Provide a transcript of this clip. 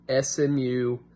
SMU